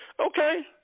okay